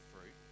fruit